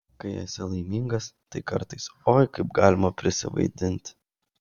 kai esi laimingas tai kartais oi kaip galima prisivaidinti